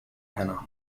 hannah